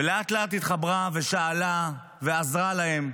ולאט-לאט התחברה ושאלה ועזרה להם.